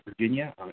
Virginia